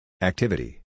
Activity